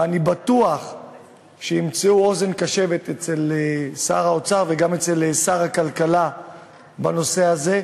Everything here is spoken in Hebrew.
ואני בטוח שימצאו אוזן קשבת אצל שר האוצר וגם אצל שר הכלכלה בנושא הזה.